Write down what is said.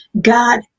God